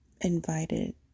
invited